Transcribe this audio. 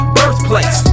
birthplace